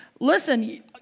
Listen